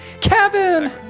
Kevin